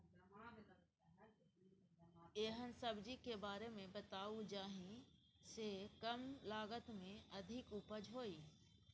एहन सब्जी के बारे मे बताऊ जाहि सॅ कम लागत मे अधिक उपज होय?